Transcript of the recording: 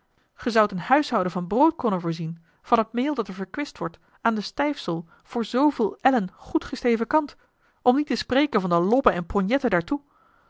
een huishouden van brood kunnen voorzien van het meel dat er verkwist wordt aan de stijfsel voor zooveel ellen goed gesteven kant om niet te spreken van de lobben en ponjetten daartoe